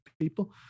people